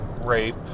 rape